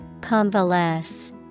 convalesce